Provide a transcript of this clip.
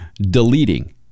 deleting